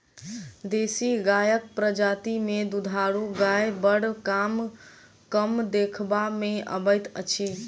देशी गायक प्रजाति मे दूधारू गाय बड़ कम देखबा मे अबैत अछि